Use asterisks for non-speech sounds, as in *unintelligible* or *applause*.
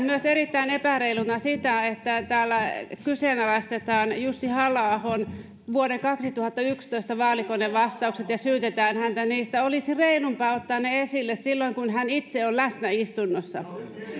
*unintelligible* myös erittäin epäreiluna sitä että täällä kyseenalaistetaan jussi halla ahon vuoden kaksituhattayksitoista vaalikonevastaukset ja syytetään häntä niistä olisi reilumpaa ottaa ne esille silloin kun hän itse on läsnä istunnossa